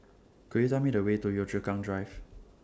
Could YOU Tell Me The Way to Yio Chu Kang Drive